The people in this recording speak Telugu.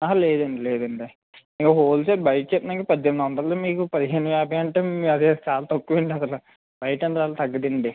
లేదండి లేదండి ఇంక హోల్సేల్ బయట చెప్తున్నాను కదండి పద్దెనిమిది వందల్లో మీకు పదిహేను యాభై అంటే అదే చాలా తక్కువండి అసలు బయట అంతకన్నా తగ్గదండి